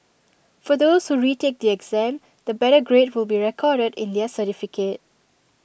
for those who retake the exam the better grade will be recorded in their certificate